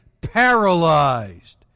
paralyzed